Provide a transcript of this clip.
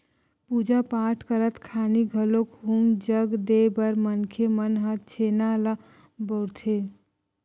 पूजा पाठ करत खानी घलोक हूम जग देय बर मनखे मन ह छेना ल बउरथे